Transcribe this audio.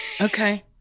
okay